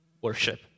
worship